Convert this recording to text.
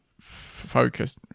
Focus